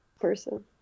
person